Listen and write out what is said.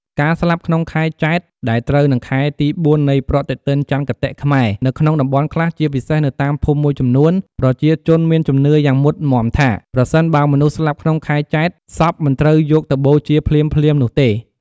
ការស្លាប់ក្នុងខែចេត្រ ដែលត្រូវនិងខែទី ៤ នៃប្រតិទិនចន្ទគតិខ្មែរ នៅក្នុងតំបន់ខ្លះ ជាពិសេសនៅតាមភូមិមួយចំនួន ប្រជាជនមានជំនឿយ៉ាងមុតមាំថា ប្រសិនបើមនុស្សស្លាប់ក្នុងខែចេត្រ សពមិនត្រូវយកទៅបូជាភ្លាមៗនោះទេ។